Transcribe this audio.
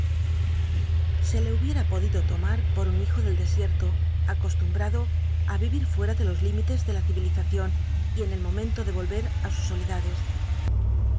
se le hubiera podido toma por un hijo del desierto acostumbrado á vivi fuea de los limites de la ciyilizacion y en el momento de vohe ü sus soledades